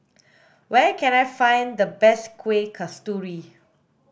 where can I find the best kueh kasturi